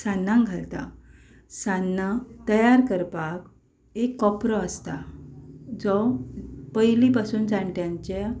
सान्नांक घालता सान्नां तयार करपाक एक कोपरो आसता जो पयलीं पासून जाणट्यांच्या